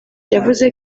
yavuze